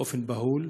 באופן בהול,